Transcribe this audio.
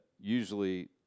usually